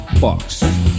box